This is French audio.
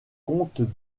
comtes